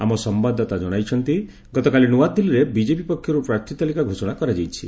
ଆମ ସମ୍ଘାଦଦାତା ଜଣାଇଛନ୍ତି ଗତକାଲି ନୂଆଦିଲ୍ଲୀରେ ବିଜେପି ପକ୍ଷରୁ ପ୍ରାର୍ଥୀତାଲିକା ଘୋଷଣା କରାଯାଇଛି